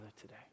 today